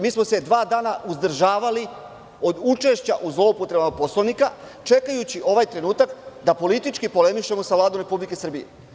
Mi smo se dva dana uzdržavali od učešća u zloupotrebama Poslovnika čekajući ovaj trenutak da politički polemišemo sa Vladom Republike Srbije.